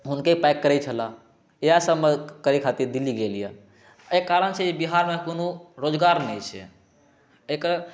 उनके पैक करै छल या सभमे करय खातिर दिल्ली गेल यऽ ऐहि कारणसँ बिहारमे कोनो रोजगार नहि छै एकर